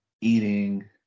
eating